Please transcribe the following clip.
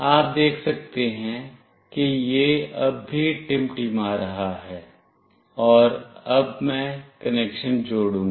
आप देख सकते हैं कि यह अब भी टिमटिमा रहा है और अब मैं कनेक्शन जोड़ूंगा